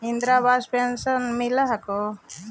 Indira Awas pension मिल हको ने?